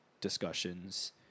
discussions